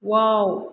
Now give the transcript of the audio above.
wow